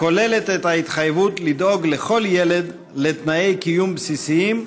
הכוללת את ההתחייבות לדאוג לכל ילד לתנאי קיום בסיסיים,